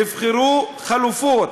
נבחנו חלופות,